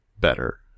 better